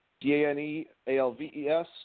D-A-N-E-A-L-V-E-S